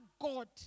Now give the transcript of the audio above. God